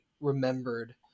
remembered